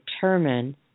determine